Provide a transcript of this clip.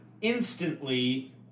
instantly